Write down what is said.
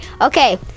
Okay